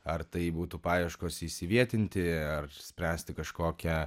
ar tai būtų paieškos įsivietinti ar spręsti kažkokią